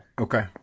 Okay